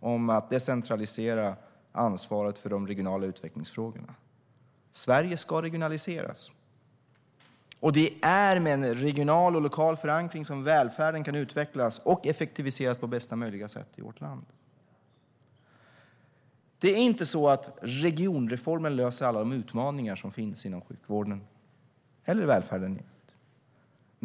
om att decentralisera ansvaret för de regionala utvecklingsfrågorna. Sverige ska regionaliseras, och det är med en regional och lokal förankring som välfärden kan utvecklas och effektiviseras på bästa möjliga sätt i vårt land. Det är inte så att regionreformen löser alla de utmaningar som finns inom sjukvården eller i välfärden.